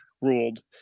ruled